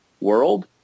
world